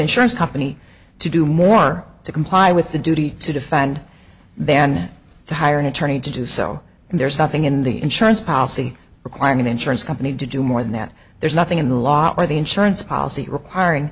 insurance company to do more to comply with the duty to defend then to hire an attorney to do so and there's nothing in the insurance policy requiring an insurance company to do more than that there's nothing in the law or the insurance policy requiring